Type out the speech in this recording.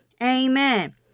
Amen